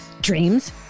Dreams